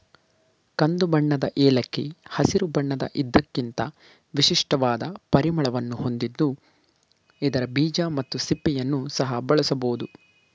ಕಂದುಬಣ್ಣದ ಏಲಕ್ಕಿ ಹಸಿರು ಬಣ್ಣದ ಇದಕ್ಕಿಂತ ವಿಶಿಷ್ಟವಾದ ಪರಿಮಳವನ್ನು ಹೊಂದಿದ್ದು ಇದರ ಬೀಜ ಮತ್ತು ಸಿಪ್ಪೆಯನ್ನು ಸಹ ಬಳಸಬೋದು